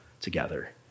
together